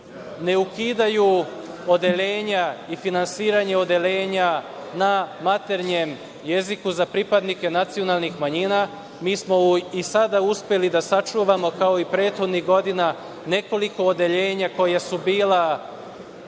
ne ukidaju odeljenja i finansiranje odeljenja na maternjem jeziku za pripadnike nacionalnih manjina. Mi smo i sada uspeli da sačuvamo, kao i prethodnih godina, nekoliko odeljenja koja su bila